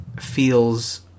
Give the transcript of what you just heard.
feels